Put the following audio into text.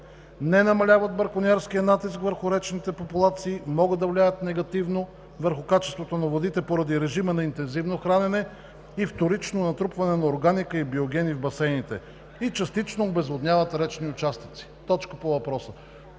не намаляват бракониерския натиск върху речните популации, могат да влияят негативно върху качеството на водите поради режима на интензивно хранене и вторично натрупване на органика и биогени в басейните, частично обезводняват речни участъци.“ Точка по въпроса.